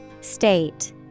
State